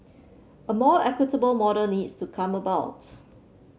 a more equitable model needs to come about